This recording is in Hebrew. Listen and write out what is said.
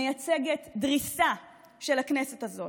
מייצגת דריסה של הכנסת הזאת.